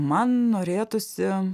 man norėtųsi